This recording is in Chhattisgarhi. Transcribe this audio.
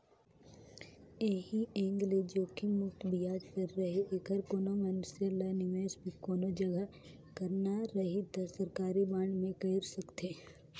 ऐही एंग ले जोखिम मुक्त बियाज दर रहें ऐखर कोनो मइनसे ल निवेस भी कोनो जघा करना रही त सरकारी बांड मे कइर सकथे